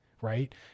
right